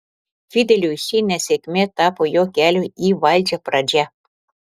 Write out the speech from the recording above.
fideliui ši nesėkmė tapo jo kelio į valdžią pradžia